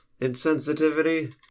insensitivity